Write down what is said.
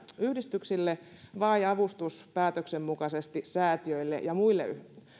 yhdistyksille tai avustuspäätöksen mukaisesti säätiöille ja muille